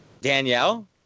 Danielle